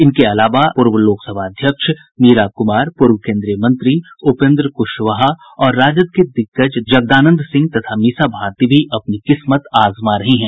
इनके अलावा पूर्व लोकसभा अध्यक्ष मीरा कुमार पूर्व केंद्रीय मंत्री उपेंद्र कुशवाहा और राजद के दिग्गज जगदानंद सिंह तथा मीसा भारती भी अपनी किस्मत आजमा रही हैं